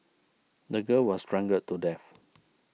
the girl was strangled to death